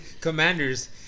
Commanders